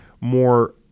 more